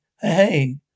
Hey